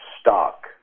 stock